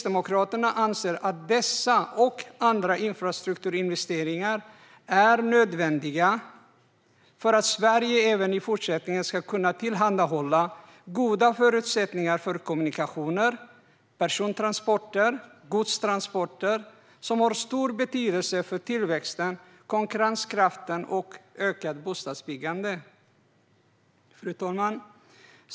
Dessa och andra infrastrukturinvesteringar är nödvändiga för att Sverige även i fortsättningen ska kunna tillhandahålla goda förutsättningar för kommunikationer, persontransporter och godstransporter. De har stor betydelse för tillväxten, konkurrenskraften och ökat bostadsbyggande. Fru talman!